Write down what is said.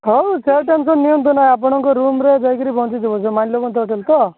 ହଉ ସେ ଟେନସନ୍ ନିଅନ୍ତୁ ନାହିଁ ଆପଣଙ୍କ ରୁମ୍ ରେ ଯାଇକରି ପହଞ୍ଚିଯିବ ଯୋଉ ମାଲ୍ୟବନ୍ତ ହୋଟେଲ୍ ତ